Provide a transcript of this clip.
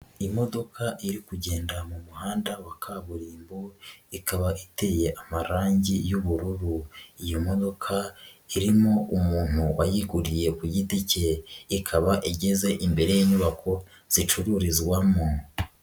Imodoka iri kugenda mu muhanda wa kaburimbo ikaba iteye amarangi y'ubururu, iyo modoka irimo umuntu wayiguriye ku giti ke ikaba, igeze imbere y'inyubako zicururizwamo.